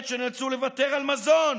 שנאלצו לוותר על מזון.